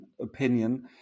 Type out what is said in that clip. opinion